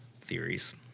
theories